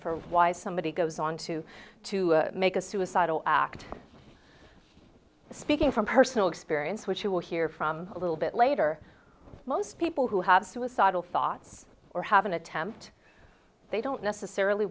for why somebody goes onto to make a suicidal act speaking from personal experience which you will hear from a little bit later most people who have suicidal thoughts or have an attempt they don't necessarily